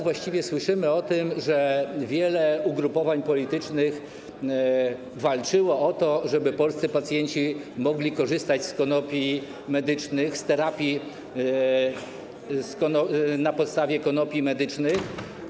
Właściwie od lat słyszymy tutaj o tym, że wiele ugrupowań politycznych walczyło o to, żeby polscy pacjenci mogli korzystać z konopi medycznych, z terapii na podstawie konopi medycznych.